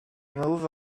moved